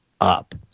up